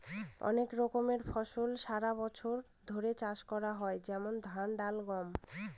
অনেক রকমের ফসল সারা বছর ধরে চাষ করা হয় যেমন ধান, ডাল, গম